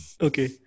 Okay